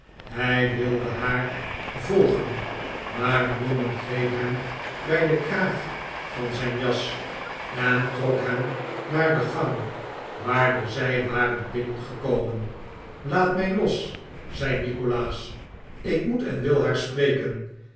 hij wilde haar volgen maar newman greep hem bij den kraag van zijn jas en trok hem naar de gang waardoor zij waren binnengekomen laat mijlosj zei nikolaas ik moet en wil haar spreken